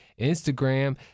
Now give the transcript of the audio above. Instagram